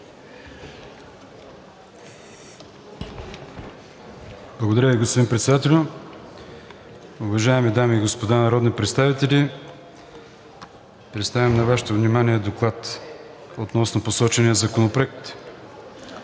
Благодаря Ви, господин Председател. Уважаеми дами и господа народни представители, представям на Вашето внимание Доклад по посочения законопроект.